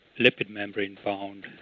lipid-membrane-bound